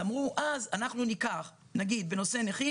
אמרו אז: אנחנו ניקח נגיד בנושא נכים